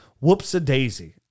Whoops-a-daisy